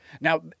Now